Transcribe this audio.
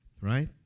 right